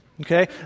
okay